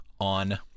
on